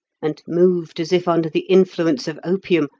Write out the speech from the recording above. and moved as if under the influence of opium,